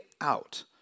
out